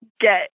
get